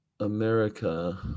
America